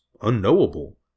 unknowable